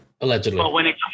Allegedly